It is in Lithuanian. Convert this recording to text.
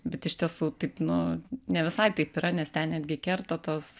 bet iš tiesų taip nu ne visai taip yra nes ten netgi kerta tos